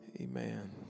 Amen